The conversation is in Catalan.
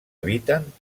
eviten